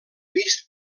vist